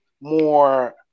more